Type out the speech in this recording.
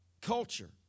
culture